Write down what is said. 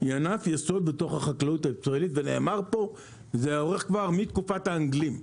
היא ענף יסוד בתוך החקלאות הישראלית ונאמר פה שזה מתקופת האנגלים.